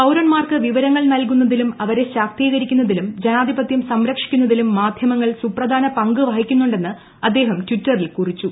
പൌരന്മാർക്ക് വിവരങ്ങൾ നൽക്കുന്നതിലും അവരെ ശാക്തീകരിക്കുന്നതിലും ജനാധ്രിപ്പത്യ് സംരക്ഷിക്കുന്നതിലും മാധ്യമങ്ങൾ സുപ്രധാന പ്പങ്ക് വഹിക്കുന്നുണ്ടെന്ന് അദ്ദേഹം ടിറ്ററിൽ കുറിച്ചു